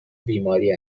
بیماری